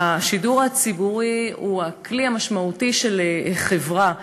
השידור הציבורי הוא הכלי המשמעותי של חברה,